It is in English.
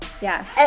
Yes